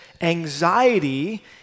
anxiety